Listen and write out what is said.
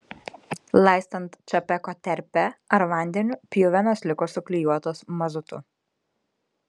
laistant čapeko terpe ar vandeniu pjuvenos liko suklijuotos mazutu